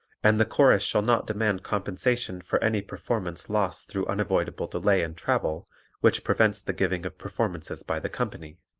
and the chorus shall not demand compensation for any performance lost through unavoidable delay in travel which prevents the giving of performances by the company.